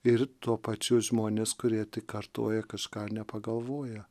ir tuo pačiu žmonės kurie tik kartoja kažką nepagalvoję